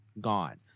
gone